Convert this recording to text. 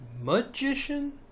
magician